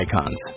icons